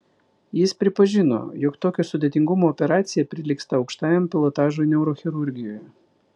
jis pripažino jog tokio sudėtingumo operacija prilygsta aukštajam pilotažui neurochirurgijoje